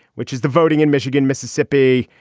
which is the voting in michigan, mississippi,